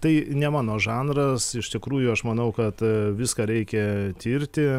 tai ne mano žanras iš tikrųjų aš manau kad viską reikia tirti